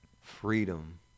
freedom